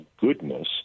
goodness